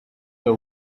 your